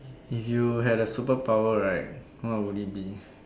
if you had a superpower right what would it be